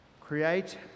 Create